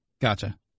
Gotcha